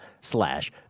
slash